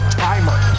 timer